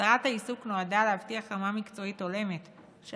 הסדרת העיסוק נועדה להבטיח רמה מקצועית הולמת של